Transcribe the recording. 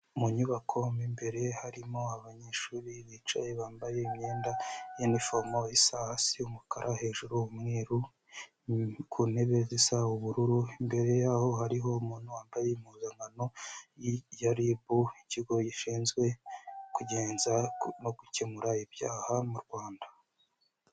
Mu nyubako mo imbere harimo abanyeshuri bicaye bambaye imyenda y'iniforomo isa hasi umukara hejuru umweruru, ku ntebe zisa ubururu mbere yaho hariho umuntu wambaye impuzankano ya RIB ikigo gishinzwe kugenza no gukemura ibyaha mu Rwanda.